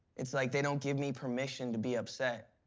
it's like they don't give me permission to be upset.